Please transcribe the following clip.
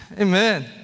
amen